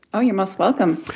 ah you're most welcome.